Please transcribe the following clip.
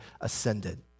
ascended